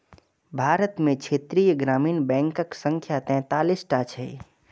भारत मे क्षेत्रीय ग्रामीण बैंकक संख्या तैंतालीस टा छै